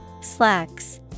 Slacks